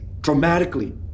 dramatically